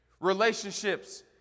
Relationships